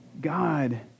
God